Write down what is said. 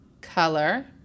Color